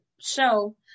show